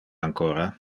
ancora